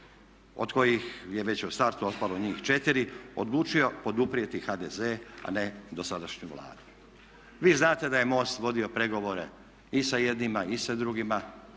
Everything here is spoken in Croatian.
od kojih je već u startu otpalo njih 4 odlučio poduprijeti HDZ a ne dosadašnju Vladu. Vi znate da je MOST vodio pregovore i sa jednima i sa drugima,